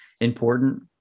important